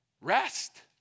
Rest